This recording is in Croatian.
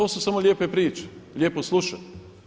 To su samo lijepe priče, lijepo slušati.